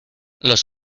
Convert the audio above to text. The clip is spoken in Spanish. los